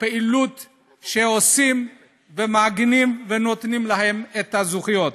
הפעילות שעושים ומגינים ונותנים להם את הזכויות.